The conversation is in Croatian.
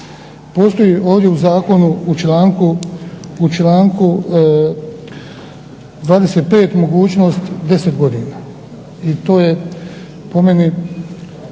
Postoji ovdje u zakonu u članku 25. mogućnost 10 godina. I to je po meni